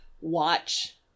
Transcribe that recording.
watch